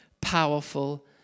powerful